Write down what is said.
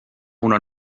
una